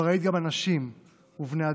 אבל ראית גם אנשים ובני אדם.